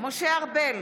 משה ארבל,